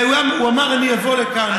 והוא אמר: אני אבוא לכאן,